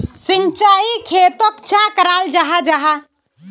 सिंचाई खेतोक चाँ कराल जाहा जाहा?